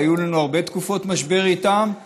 והיו לנו הרבה תקופות משבר איתם.